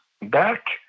back